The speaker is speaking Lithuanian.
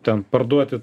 ten parduoti